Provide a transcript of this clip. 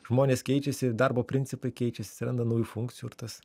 žmonės keičiasi darbo principai keičiasi atsiranda naujų funkcijų ir tas